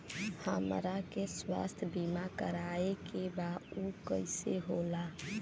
हमरा के स्वास्थ्य बीमा कराए के बा उ कईसे होला?